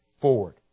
forward